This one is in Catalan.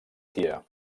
tia